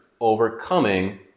Overcoming